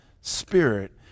spirit